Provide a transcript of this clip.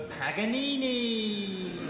Paganini